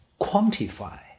quantify